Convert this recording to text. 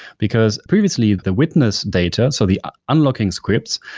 because previously the witness data, so the unlocking scripts,